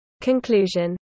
conclusion